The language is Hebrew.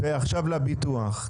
ועכשיו לביטוח.